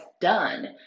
done